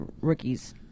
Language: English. rookies